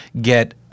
get